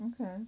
okay